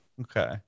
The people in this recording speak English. okay